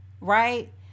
right